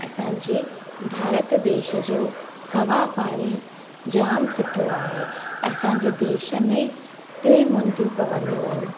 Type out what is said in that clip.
असांजे भारत देश जो हवा पाणी जामु सुठो आहे असांजे देश में टे मुंदियूं पवंदियूं आहिनि